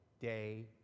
day